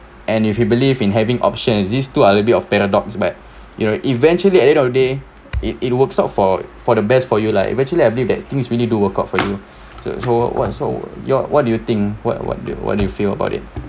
and if you believe in having option these two are little bit of paradox but it'll eventually at the end of the day it it works out for for the best for you lah eventually I believe that things really do work out for you so so what so your what do you think what what do you what do you feel about it